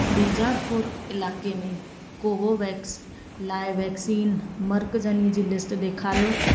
बीजापुर इलाइक़े में कोवोवैक्स लाइ वैक्सीन मर्कज़नि जी लिस्ट ॾेखारियो